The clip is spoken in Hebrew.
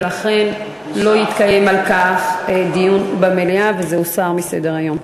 ולכן לא יתקיים על כך דיון במליאה וזה הוסר מסדר-היום.